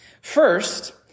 First